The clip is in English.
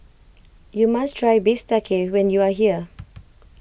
you must try Bistake when you are here